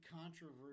controversy